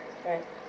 right